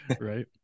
right